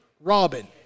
Robin